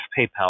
PayPal